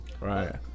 Right